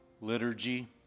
liturgy